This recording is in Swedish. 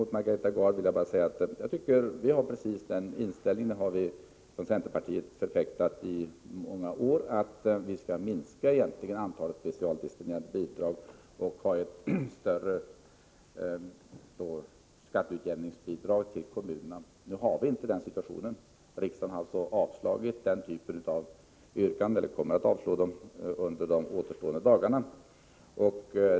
Till Margareta Gard vill jag bara säga att jag anser att centern har samma inställning som centern har förfäktat i många år, nämligen den att vi bör minska antalet specialdestinerade bidrag. Däremot menar vi att kommunerna bör få ett större skatteutjämningsbidrag. Nu har vi inte en situation som tillåter detta, varför riksdagen under de återstående dagarna kommer att avslå yrkanden av det slaget.